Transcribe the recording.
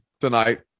tonight